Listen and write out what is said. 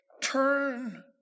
turn